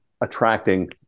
attracting